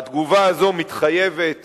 והתגובה הזאת מתחייבת